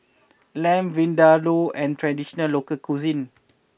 Lamb Vindaloo an traditional local cuisine